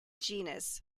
genus